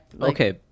Okay